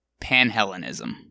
Panhellenism